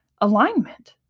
alignment